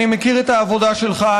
אני מכיר את העבודה שלך,